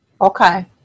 okay